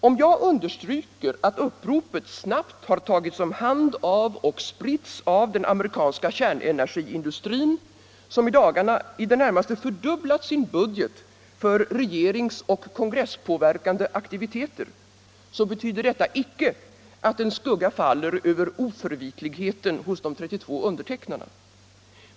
Om jag understryker att uppropet snabbt har tagits om hand av och spritts av den amerikanska kärnenergiindustrin, som i dagarna i det närmaste fördubblat sin budget för regeringsoch kongresspåverkande aktiviteter, betyder detta icke att en skugga faller över oförvitligheten hos de 32 undertecknarna.